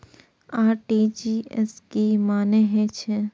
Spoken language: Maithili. आर.टी.जी.एस के की मानें हे छे?